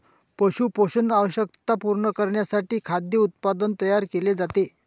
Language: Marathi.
पशु पोषण आवश्यकता पूर्ण करण्यासाठी खाद्य उत्पादन तयार केले जाते